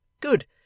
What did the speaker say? Good